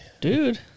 Dude